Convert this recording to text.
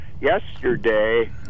Yesterday